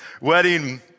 wedding